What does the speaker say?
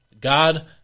God